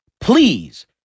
please